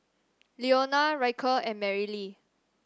Leona Ryker and Marylee